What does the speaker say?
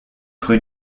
rue